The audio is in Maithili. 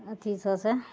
अथी सब से